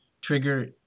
trigger